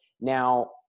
Now